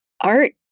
art